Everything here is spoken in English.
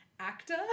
actor